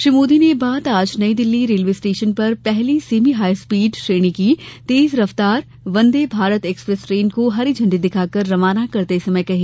श्री मोदी ने यह बात आज नई दिल्ली रेलवे स्टेशन पर पहली सेमी हाई स्पीड श्रेणी की तेज रफ्तार वंदे भारत एक्सप्रेस ट्रेन को झंडी दिखाकर रवाना करते समय कही